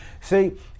See